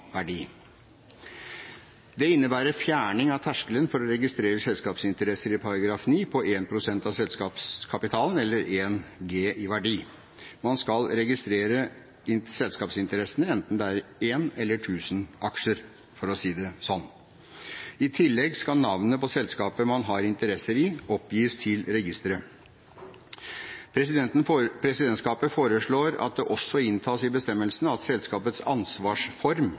verdi. Det innebærer fjerning av terskelen for å registrere selskapsinteresser i § 9 på 1 pst. av selskapskapitalen eller 1G i verdi. Man skal registrere selskapsinteressene, enten det er én eller tusen aksjer, for å si det sånn. I tillegg skal navnet på selskapet man har interesser i, oppgis til registeret. Presidentskapet foreslår at det også inntas i bestemmelsen at selskapets ansvarsform